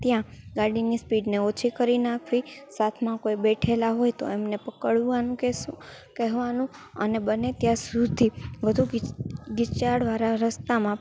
ત્યાં ગાડીની સ્પીડને ઓછી કરી નાખવી સાથમાં કોઈ બેઠેલા હોય તો એમને પકડવાનું કહેશું કહેવાનું અને બને ત્યાં સુધી વધુ ગીચ વાળા રસ્તામાં